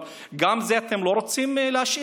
אבל גם את זה אתם לא רוצים להשאיר?